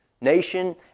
nation